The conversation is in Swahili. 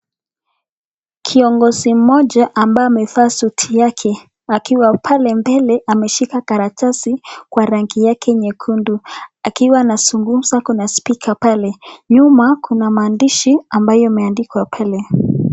Kiongozi mmoja ambao amevaa suti yake akiwa pale mbele ameshika karatasi kwa rangi yake nyekundu ,akiwa anazungumza kuna speaker pale .Nyuma kuna maandishi ambayo imeandikwa pale.